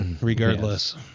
regardless